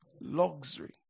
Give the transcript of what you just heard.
luxury